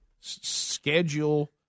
schedule